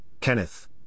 Kenneth